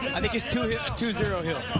i think it's two yeah two zero hill.